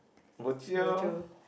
bo jio